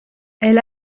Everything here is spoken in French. elle